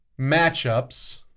matchups